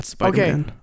okay